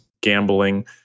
gambling